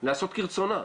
לעשות כרצונה.